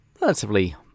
relatively